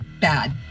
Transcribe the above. bad